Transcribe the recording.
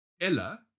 Ella